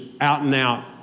out-and-out